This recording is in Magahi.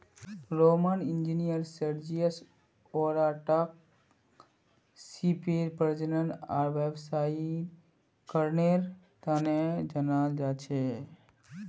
रोमन इंजीनियर सर्जियस ओराटाक सीपेर प्रजनन आर व्यावसायीकरनेर तने जनाल जा छे